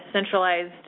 centralized